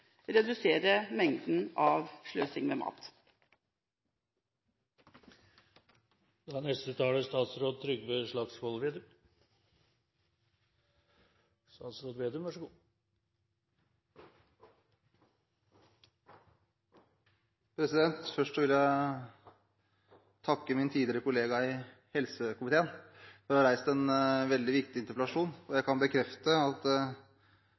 med mat. Først vil jeg takke min tidligere kollega i helsekomiteen for å ha reist en veldig viktig interpellasjon. Jeg kan bekrefte at